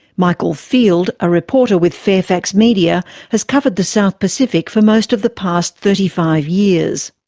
michael field, a reporter with fairfax media, has covered the south pacific for most of the past thirty five years.